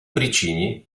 причине